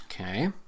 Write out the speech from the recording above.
Okay